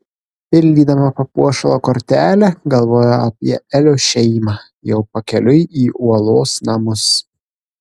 pildydama papuošalo kortelę galvojo apie elio šeimą jau pakeliui į uolos namus